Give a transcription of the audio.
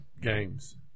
games